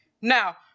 Now